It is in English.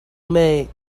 may